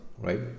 right